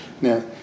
Now